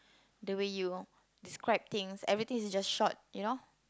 the way you describe things everything is just short you know